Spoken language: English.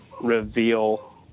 reveal